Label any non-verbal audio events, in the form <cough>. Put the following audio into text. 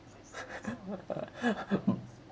<laughs>